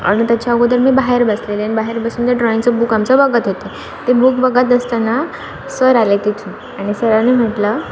आणि त्याच्या अगोदर मी बाहेर बसलेले आणि बाहेर बसून ते ड्रॉइंगचं बुक आमचं बघत होते ते बुक बघत असताना सर आले तिथून आणि सरांनी म्हटलं